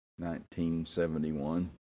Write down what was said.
1971